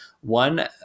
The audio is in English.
one